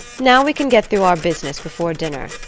now we can get through our business before dinner.